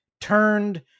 turned